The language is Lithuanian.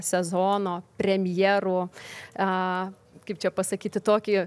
sezono premjerų kaip čia pasakyti tokį